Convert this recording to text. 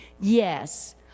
Yes